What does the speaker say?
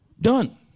Done